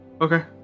Okay